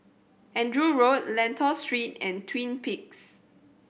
Andrew Road Lentor Street and Twin Peaks